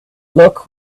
look